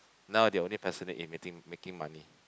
now they only passionate in making making money